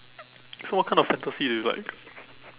so what kind of fantasy do you like